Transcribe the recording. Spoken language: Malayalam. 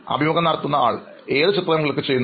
അഭിമുഖം നടത്തുന്നയാൾ ഏതു ചിത്രങ്ങൾ ക്ലിക്ക് ചെയ്യുന്നു